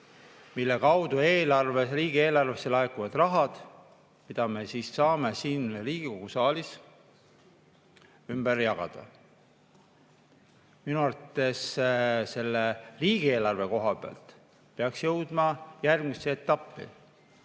mille kaudu riigieelarvesse laekuvad rahad, mida me saame siin Riigikogu saalis ümber jagada. Minu arvates selle riigieelarve koha pealt peaks jõudma järgmisesse etappi.